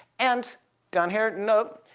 and down here, note,